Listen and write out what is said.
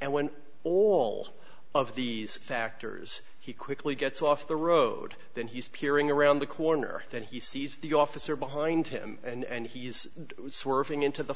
and when all of these factors he quickly gets off the road then he's peering around the corner that he sees the officer behind him and he is swerving into the